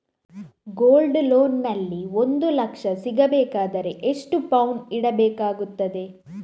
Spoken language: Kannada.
ಗೋಲ್ಡ್ ಲೋನ್ ನಲ್ಲಿ ಒಂದು ಲಕ್ಷ ಸಿಗಬೇಕಾದರೆ ಎಷ್ಟು ಪೌನು ಇಡಬೇಕಾಗುತ್ತದೆ?